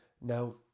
now